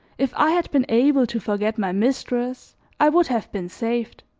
if i had been able to forget my mistress i would have been saved.